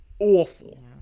awful